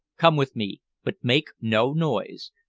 come with me. but make no noise.